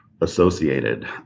associated